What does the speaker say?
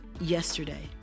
yesterday